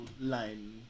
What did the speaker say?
line